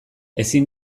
ezin